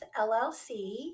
llc